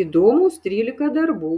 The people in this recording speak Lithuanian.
įdomūs trylika darbų